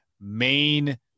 main